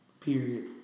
period